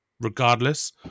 Regardless